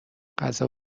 غذا